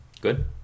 Good